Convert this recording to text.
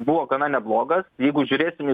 buvo gana neblogas jeigu žiūrėsim į